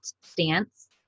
stance